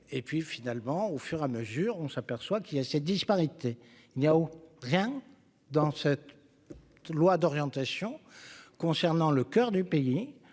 et puis finalement au fur et à mesure, on s'aperçoit qu'il y a ces disparités, il n'y a rien dans cette loi d'orientation concernant le coeur du pays,